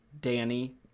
danny